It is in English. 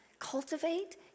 Cultivate